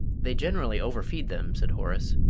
they generally overfeed them, said horace.